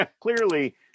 clearly